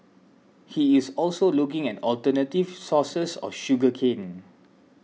he is also looking at alternative sources of sugar cane